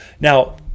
Now